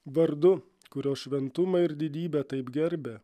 vardu kurio šventumą ir didybę taip gerbia